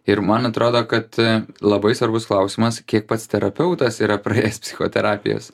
ir man atrodo kad labai svarbus klausimas kiek pats terapeutas yra praėjęs psichoterapijos